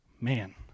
Man